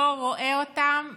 לא רואים אותם ממטר.